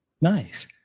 Nice